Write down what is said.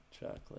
chocolate